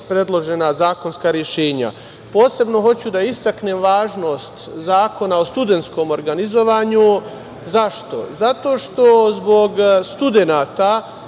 predložena zakonska rešenja. Posebno hoću da istaknem važnost Zakona o studentskom organizovanju. Zašto? Zato što zbog studenata